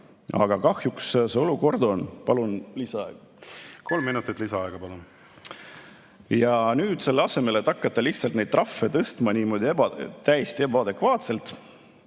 Aga kahjuks see olukord on. Palun lisaaega. Kolm minutit lisaaega, palun! Nüüd selle asemel, et hakata lihtsalt neid trahve tõstma niimoodi täiesti ebaadekvaatselt,